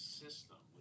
system